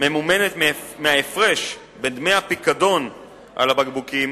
ממומנת מההפרש בין דמי הפיקדון על הבקבוקים